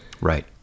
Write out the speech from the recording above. Right